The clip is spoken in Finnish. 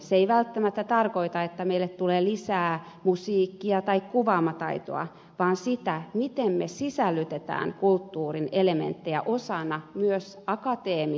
se ei välttämättä tarkoita sitä että meille tulee lisää musiikkia tai kuvaamataitoa vaan sitä miten me sisällytämme kulttuurin elementtejä osaksi myös akateemisia aineita lukuaineita